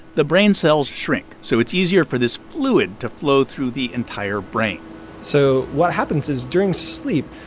the brain cells shrink, so it's easier for this fluid to flow through the entire brain so what happens is during sleep,